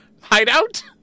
hideout